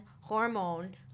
hormone